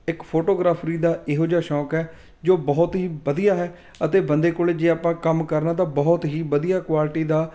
ਇੱਕ ਫੋਟੋਗ੍ਰਾਫਰੀ ਦਾ ਇਹੋ ਜਿਹਾ ਸ਼ੌਂਕ ਹੈ ਜੋ ਬਹੁਤ ਹੀ ਵਧੀਆ ਹੈ ਅਤੇ ਬੰਦੇ ਕੋਲ ਜੇ ਆਪਾਂ ਕੰਮ ਕਰਨਾ ਤਾਂ ਬਹੁਤ ਹੀ ਵਧੀਆ ਕੁਆਲਿਟੀ ਦਾ